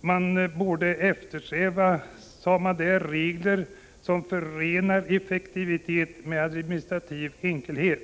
Man borde eftersträva sådana regler som förenar effektivitet med administrativ enkelhet.